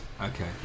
Okay